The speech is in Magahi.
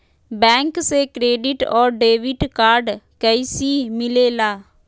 बैंक से क्रेडिट और डेबिट कार्ड कैसी मिलेला?